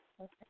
Okay